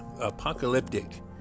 apocalyptic